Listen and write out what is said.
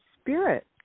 spirit